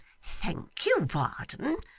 thank you, varden.